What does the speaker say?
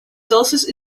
целостность